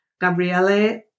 Gabriele